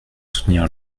soutenir